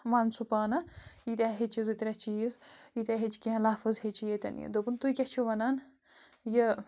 وَنسوٗ پانَہ یہِ تیٛاہ ہیٚچھِ زٕ ترٛےٚ چیٖز یہِ تیٛاہ ہیٚچھِ کیٚنٛہہ لفٕظ ہیٚچھِ ییٚتٮ۪ن یہِ دوٚپُن تُہۍ کیٛاہ چھُو وَنان یہِ